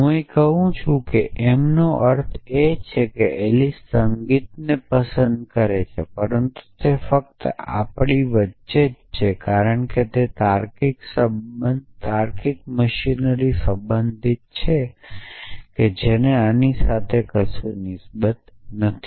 હું અહીં કહું છું કે m નો અર્થ એ છે કે એલિસ સંગીતને પસંદ કરે છે પરંતુ તે ફક્ત આપણી વચ્ચે જ છે કારણ કે તાર્કિક મશીનરી સંબંધિત છે જેને આની સાથે નિસ્બત નથી